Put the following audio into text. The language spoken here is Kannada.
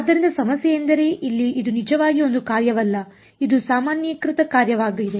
ಆದ್ದರಿಂದ ಸಮಸ್ಯೆಯೆಂದರೆ ಇಲ್ಲಿ ಇದು ನಿಜವಾಗಿ ಒಂದು ಕಾರ್ಯವಲ್ಲ ಇದು ಸಾಮಾನ್ಯೀಕೃತ ಕಾರ್ಯವಾಗಿದೆ